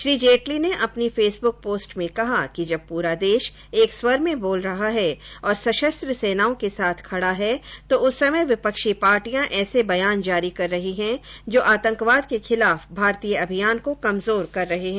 श्री जेटली ने अपनी Facebook post में कहा कि जब पूरा देश एक स्वर में बोल रहा है और सशस्त्र सेनाओं के साथ खड़ा है तो उस समय विपक्षी पार्टियां ऐसे बयान जारी कर रही हैं जो आतंकवाद के खिलाफ भारतीय अभियान को कमजोर कर रहे हैं